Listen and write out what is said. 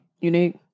unique